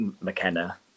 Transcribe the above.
McKenna